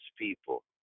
people